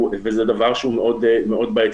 וזה דבר שהוא מאוד בעייתי,